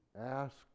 ask